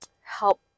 help